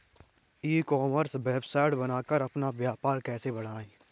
ई commerce website बनाकर अपना व्यापार कैसे बढ़ाएँ?